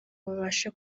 babashe